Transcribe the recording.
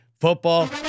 Football